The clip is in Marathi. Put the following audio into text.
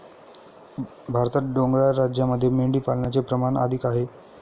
भारतात डोंगराळ राज्यांमध्ये मेंढीपालनाचे प्रमाण अधिक आहे